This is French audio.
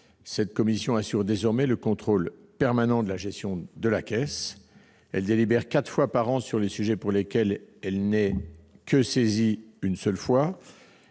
Cette commission assure désormais le contrôle permanent de la gestion de la Caisse. Elle délibère quatre fois par an sur les sujets pour lesquels elle n'est saisie qu'une seule fois,